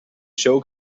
show